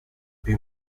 più